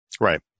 Right